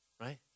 right